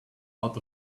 out